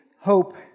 hope